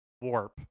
warp